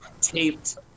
taped